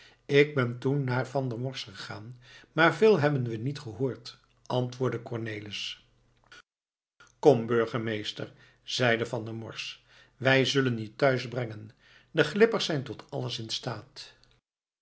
ik ben toen naar van der morsch gegaan maar veel hebben we niet gehoord antwoordde cornelis kom burgemeester zeide van der morsch wij zullen u thuis brengen de glippers zijn tot alles instaat